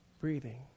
breathing